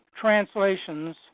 translations